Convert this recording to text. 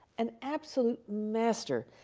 an absolute master.